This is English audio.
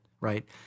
right